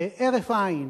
להרף עין,